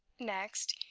next,